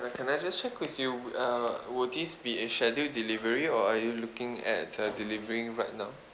like can I just check with you uh will this be a scheduled delivery or are you looking at uh delivering right now